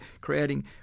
creating